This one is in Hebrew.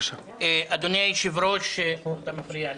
אדוני היושב-ראש, --- אתה מפריע לי,